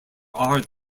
are